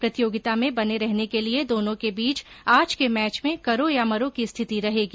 प्रतियोगिता में बने रहने के लिये दोनों के बीच आज के मैच में करो या मरो की स्थिति रहेगी